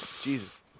Jesus